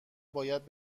باید